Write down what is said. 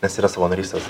nes yra savanorystės